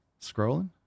Scrolling